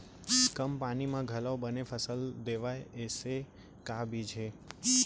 कम पानी मा घलव बने फसल देवय ऐसे का बीज हे?